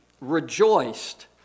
rejoiced